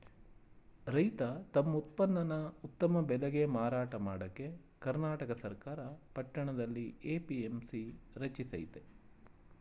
ರೈತ ತಮ್ ಉತ್ಪನ್ನನ ಉತ್ತಮ ಬೆಲೆಗೆ ಮಾರಾಟ ಮಾಡಕೆ ಕರ್ನಾಟಕ ಸರ್ಕಾರ ಪಟ್ಟಣದಲ್ಲಿ ಎ.ಪಿ.ಎಂ.ಸಿ ರಚಿಸಯ್ತೆ